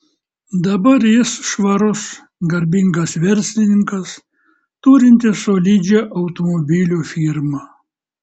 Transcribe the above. dabar jis švarus garbingas verslininkas turintis solidžią automobilių firmą